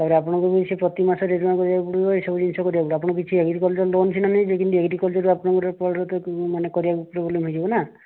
ତାପରେ ଆପଣଙ୍କ ବି ସେ ପ୍ରତି ମାସରେ ଜମା କରିବାକୁ ପଡ଼ିବ ଏସବୁ ଜିନିଷ କରିବାକୁ ପଡ଼ିବ ଆପଣ କିଛି ଏଗ୍ରିକଲଚର ଲୋନ ସିନା ନେଇଯିବେ କିନ୍ତୁ ଏଗ୍ରିକଲଚରରୁ ଆପଣଙ୍କର ପ୍ରଡ଼କ୍ଟ ମାନେ କରିବାକୁ ପ୍ରୋବ୍ଲେମ ହେଇଯିବ ନା